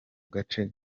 gace